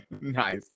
nice